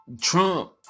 Trump